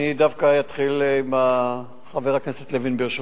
אני דווקא אתחיל עם חבר הכנסת לוין, ברשותך,